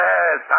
Yes